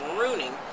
ruining